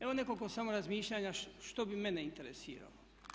Evo nekoliko samo razmišljanja što bi mene interesiralo.